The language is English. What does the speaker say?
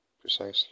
precisely